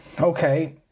Okay